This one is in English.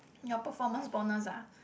your performance bonus ah